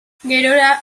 gerora